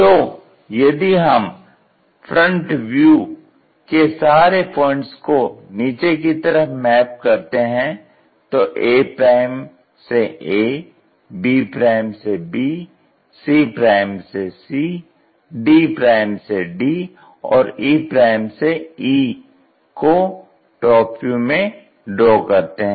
तो यदि हम FV के सारे पॉइंट्स को नीचे की तरफ मैप करते हैं तो a से a b से b c से c d से d और e से e को टॉप व्यू में ड्रॉ करते हैं